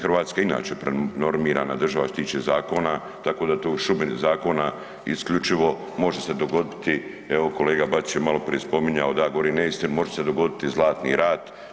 Hrvatska je inače prenormirana država što se tiče zakona, tako da u toj šumi zakona isključivo može se dogoditi, evo kolega Bačić je maloprije spominjao da ja govorim neistinu, može se dogoditi Zlatni rat.